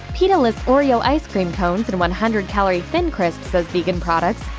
peta lists oreo ice cream cones and one hundred calorie thin crisps as vegan products.